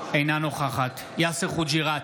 אינה נוכחת יאסר חוג'יראת,